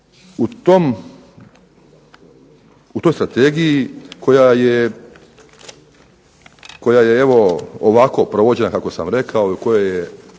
u toj strategiji koja je evo ovako provođena kako sam rekao i kojom je